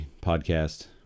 podcast